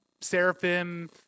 seraphim